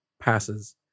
passes